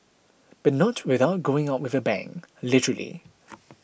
but not without going out with a bang literally